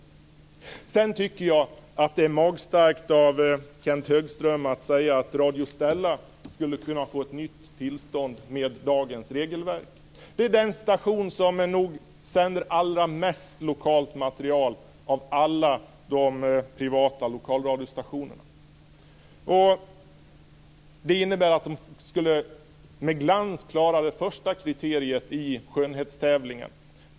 Sedan tycker jag att det är magstarkt av Kenth Högström att säga att Radio Stella skulle kunna få ett nytt tillstånd med dagens regelverk. Det är den station som nog sänder allra mest lokalt material av alla de privata lokalradiostationerna. Det innebär att de med glans skulle klara det första kriteriet i skönhetstävlingen.